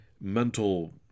mental